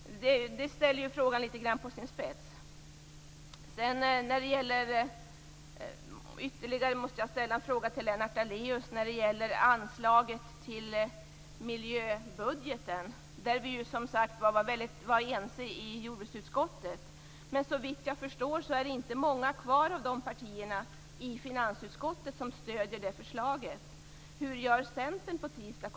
Det här ställer frågan på sin spets. Jag måste ställa en ytterligare fråga till Lennart Daléus. Den gäller anslaget till miljöbudgeten. Vi var ense i jordbruksutskottet. Såvitt jag förstår är det inte många av partierna i finansutskottet som nu stöder det förslaget. Hur gör Centern på tisdag?